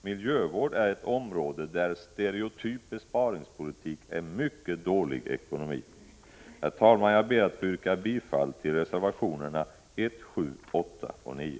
Miljövård är ett område där stereotyp besparingspolitik är mycket dålig ekonomi. Jag ber att få yrka bifall till reservationerna 1, 7, 8 och 9.